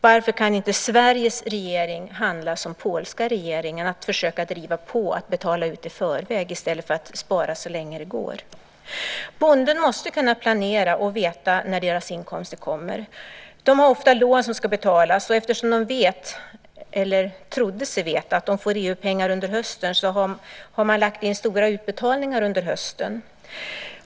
Varför kan inte Sveriges regering handla som polska regeringen, att försöka driva på och betala ut i förväg i stället för att spara så länge det går? Bönderna måste kunna planera och veta när deras inkomster kommer. De har ofta lån som ska betalas, och eftersom de vet, eller trodde sig veta, att de får EU-pengar under hösten har man lagt in stora utbetalningar under hösten.